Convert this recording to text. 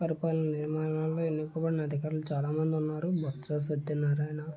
పరిపాల నిర్మాణాన్ని ఎన్నుకున్న అధికారులు చాలామంది ఉన్నారు బొత్స సత్యనారాయణ